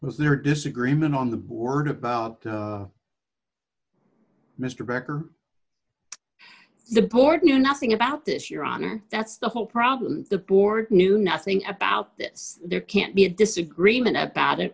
was there disagreement on the board about mr beck or the board knew nothing about this your honor that's the whole problem the board knew nothing about this there can't be a disagreement about it